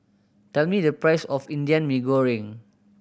tell me the price of Indian Mee Goreng